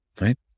Right